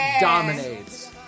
dominates